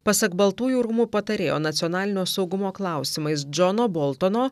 pasak baltųjų rūmų patarėjo nacionalinio saugumo klausimais džono boltono